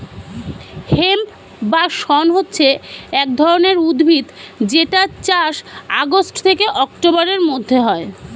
hemp বা শণ হচ্ছে এক ধরণের উদ্ভিদ যেটার চাষ আগস্ট থেকে অক্টোবরের মধ্যে হয়